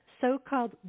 so-called